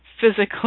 physically